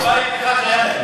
בית אחד היה מחובר כבר.